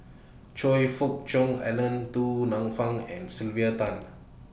Choe Fook Cheong Alan Du Nanfa and Sylvia Tan